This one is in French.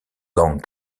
gang